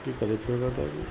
की करै छिए तऽ